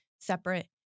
separate